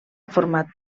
format